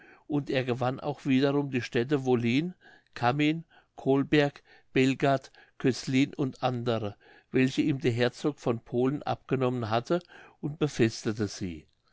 und er gewann auch wiederum die städte wollin camin colberg belgard cöslin und andere welche ihm der herzog von polen abgenommen hatte und befestete sie